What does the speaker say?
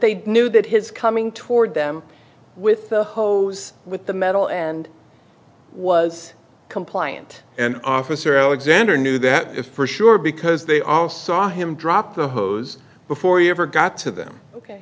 they knew that his coming toward them with the hose with the metal and was compliant and officer alexander knew that it for sure because they all saw him drop the hose before he ever got to them